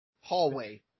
hallway